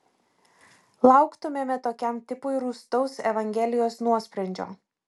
lauktumėme tokiam tipui rūstaus evangelijos nuosprendžio